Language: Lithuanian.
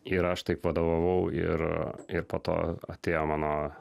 ir aš taip vadovavau ir ir po to atėjo mano